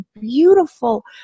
beautiful